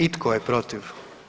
I tko je protiv?